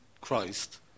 Christ